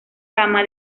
cama